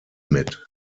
mit